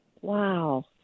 Wow